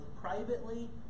privately